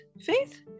faith